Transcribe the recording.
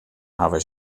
hawwe